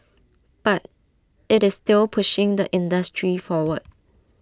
but IT is still pushing the industry forward